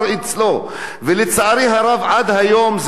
ולצערי הרב עד היום זה לא מתקיים,